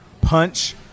punch